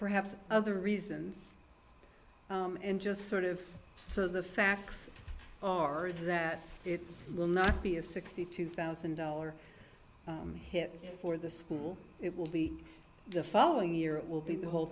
perhaps other reasons and just sort of so the facts are that it will not be a sixty two thousand dollar hit for the school it will be the following year it will be the whole